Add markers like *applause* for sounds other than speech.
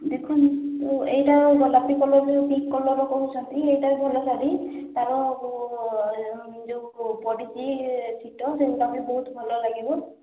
ଦେଖନ୍ତୁ ଏଇଟା ଗୋଲାପୀ କଲର୍ର ଡିପ୍ କଲର୍ କହୁଛନ୍ତି ଏଇଟା ଭଲ ଶାଢ଼ୀ ତାର *unintelligible* ଯେଉଁ ପଡ଼ିଛି ଛିଟ ସେଇଟା ବି ବହୁତ ଭଲ ଲାଗିବ